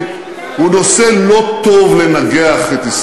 הוא לא בדק, אבל הוא